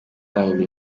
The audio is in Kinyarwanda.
ahly